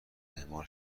اعمال